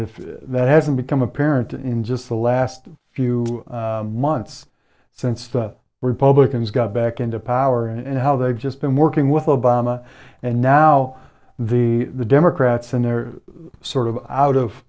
if that hasn't become apparent in just the last few months since the republicans got back into power and how they've just been working with obama and now the democrats and they're sort of out of